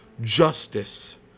justice